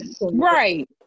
Right